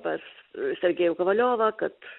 pas sergejų kovaliovą kad